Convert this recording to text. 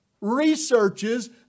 researches